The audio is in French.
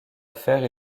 affaire